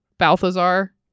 balthazar